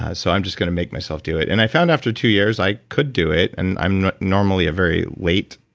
so i'm just going to make myself do it. and i found after two years, i could do it. and i'm normally a very late.